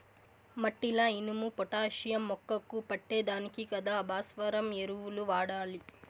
మట్టిల ఇనుము, పొటాషియం మొక్కకు పట్టే దానికి కదా భాస్వరం ఎరువులు వాడాలి